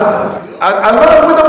אז על מה אנחנו מדברים בדיוק?